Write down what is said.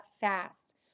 fast